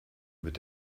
mit